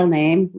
name